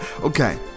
Okay